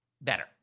Better